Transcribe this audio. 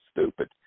stupid